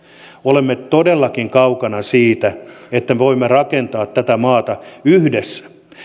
olemme todellakin kaukana siitä että voimme rakentaa tätä maata yhdessä